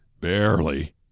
barely